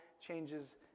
changes